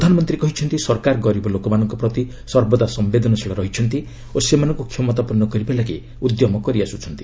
ପ୍ରଧାନମନ୍ତ୍ରୀ କହିଛନ୍ତି ସରକାର ଗରିବ ଲୋକମାନଙ୍କ ପ୍ରତି ସର୍ବଦା ସମ୍ଭେଦନଶୀଳ ରହିଛନ୍ତି ଓ ସେମାନଙ୍କୁ କ୍ଷମତାପନ୍ନ କରିବା ଲାଗି ଉଦ୍ୟମ କରିଆସୁଛନ୍ତି